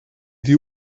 die